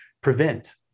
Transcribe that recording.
prevent